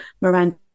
Miranda